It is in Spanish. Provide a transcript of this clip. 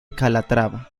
calatrava